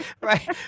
Right